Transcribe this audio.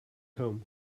home